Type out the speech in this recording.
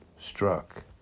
struck